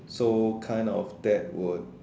so kind of that would